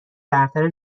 برتر